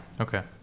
Okay